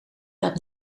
dat